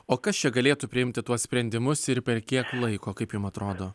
o kas čia galėtų priimti tuos sprendimus ir per kiek laiko kaip jum atrodo